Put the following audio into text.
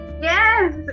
Yes